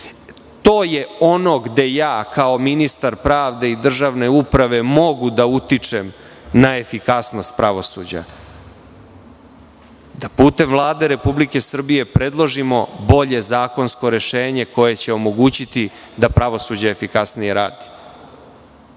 To je ono gde ja kao ministar pravde i državne uprave mogu da utičem na efikasnost pravosuđa, da putem Vlade Republike Srbije predložimo bolje zakonsko rešenje koje će omogućiti da pravosuđe i kasnije radi.